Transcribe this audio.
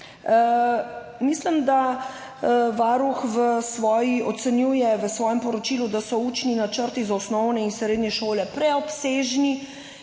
Mislim, da Varuh ocenjuje v svojem poročilu, da so učni načrti za osnovne in srednje šole preobsežni